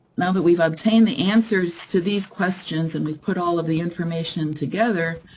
now that we've obtained the answers to these questions, and we've put all of the information together,